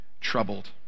troubled